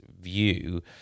view